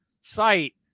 site